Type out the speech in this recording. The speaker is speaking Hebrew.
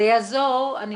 אני